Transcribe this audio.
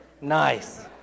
nice